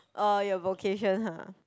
or your vocation !huh!